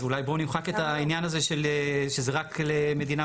אז אולי בואו נמחק את העניין הזה שזה רק למדינת חוץ.